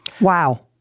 wow